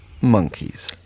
monkeys